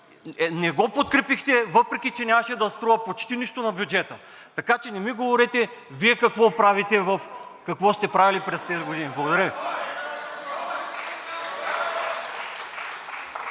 не ги подкрепихте, въпреки че нямаше да струва почти нищо на бюджета, така че не ми говорете Вие какво сте правили през тези години. Благодаря